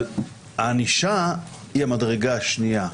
אבל הענישה היא המדרגה השנייה,